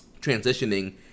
transitioning